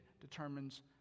determines